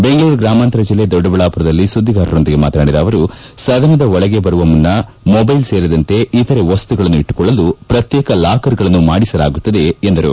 ಬೆಂಗಳೂರು ಗ್ರಾಮಾಂತರ ಜಿಲ್ಲೆ ದೊಡ್ಡಬಳ್ಳಾಪುರದಲ್ಲಿ ಸುದ್ದಿಗಾರರೊಂದಿಗೆ ಮಾತನಾಡಿದ ಅವರು ಸದನದ ಒಳಗೆ ಬರುವ ಮುನ್ನ ಮೊಬೈಲ್ ಸೇರಿದಂತೆ ಇತರೆ ವಸ್ತುಗಳನ್ನು ಇಟ್ಟುಕೊಳ್ಳಲು ಪ್ರತ್ಯೇಕ ಲಾಕರ್ಗಳನ್ನು ಮಾಡಿಸಲಾಗುತ್ತಿದೆ ಎಂದರು